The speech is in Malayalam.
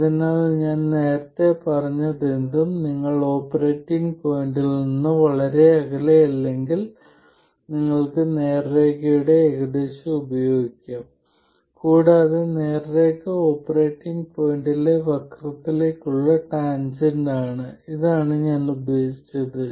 അതിനാൽ ഞാൻ നേരത്തെ പറഞ്ഞതെന്തും നിങ്ങൾ ഓപ്പറേറ്റിംഗ് പോയിന്റിൽ നിന്ന് വളരെ അകലെയല്ലെങ്കിൽ നിങ്ങൾക്ക് നേർരേഖയുടെ ഏകദേശം ഉപയോഗിക്കാം കൂടാതെ നേർരേഖ ഓപ്പറേറ്റിംഗ് പോയിന്റിലെ വക്രത്തിലേക്കുള്ള ടാൻജെന്റാണ് ഇതാണ് ഞാൻ ഉദ്ദേശിച്ചത്